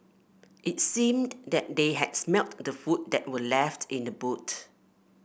it seemed that they had smelt the food that were left in the boot